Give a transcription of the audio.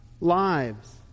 lives